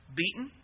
beaten